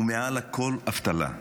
ומעל לכול, אבטלה.